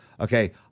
Okay